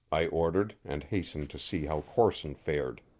i ordered, and hastened to see how corson fared.